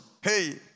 Hey